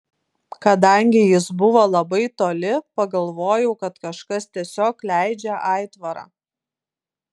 kadangi jis buvo labai toli pagalvojau kad kažkas tiesiog leidžia aitvarą